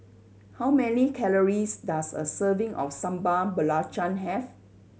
how many calories does a serving of Sambal Belacan have